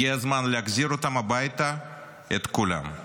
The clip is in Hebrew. הגיע הזמן להחזיר אותם הביתה, את כולם.